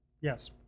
Yes